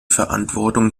verantwortung